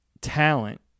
talent